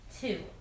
Two